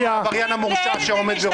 העבריין המורשע שעומד בראשכם.